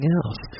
else